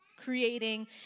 creating